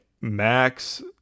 Max